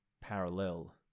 parallel